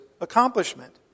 accomplishment